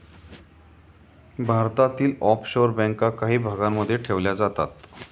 भारतातील ऑफशोअर बँका काही भागांमध्ये ठेवल्या जातात